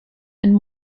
and